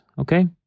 okay